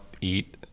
eat